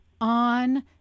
on